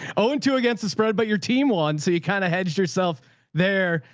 ah and two against the spread, but your team won. so you kind of hedged yourself there.